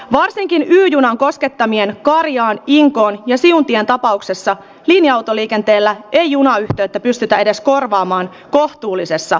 varsinkin r junan koskettamien kaarihan inkoon ja siuntion tapauksessa miniautoliikenteellä eli junaan töitä pystytä edes korvaamaan kohtuullisessa